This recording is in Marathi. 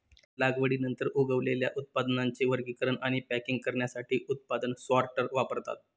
लागवडीनंतर उगवलेल्या उत्पादनांचे वर्गीकरण आणि पॅकिंग करण्यासाठी उत्पादन सॉर्टर वापरतात